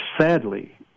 sadly